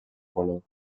color